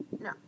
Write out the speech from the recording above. no